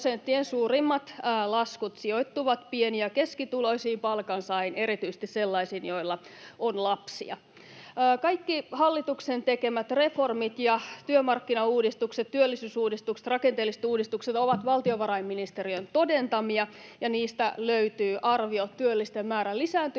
suurimmat laskut sijoittuvat pieni- ja keskituloisiin palkansaajiin, erityisesti sellaisiin, joilla on lapsia. Kaikki hallituksen tekemät reformit ja työmarkkinauudistukset, työllisyysuudistukset, rakenteelliset uudistukset, ovat valtiovarainministeriön todentamia, ja niihin löytyy arviot työllisten määrän lisääntymisestä